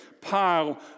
pile